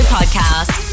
Podcast